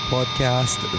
Podcast